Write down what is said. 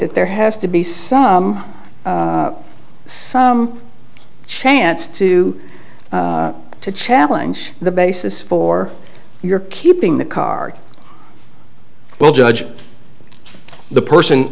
that there has to be some some chance to to challenge the basis for your keeping the car well judge the person